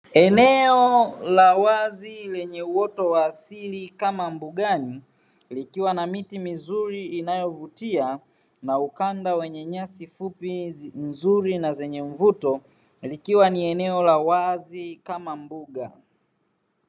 Eneo la wazi lenye uoto wa asili kama mbugani likiwa na miti mizuri inayovutia. Na ukanda wenye nyasi fupi nzuri na zenye mvuto. Likiwa ni eneo la wazi kama mbuga.